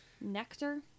Nectar